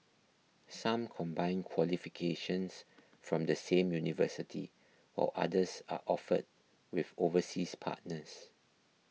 some combine qualifications from the same university or others are offered with overseas partners